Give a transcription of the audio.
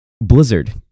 Blizzard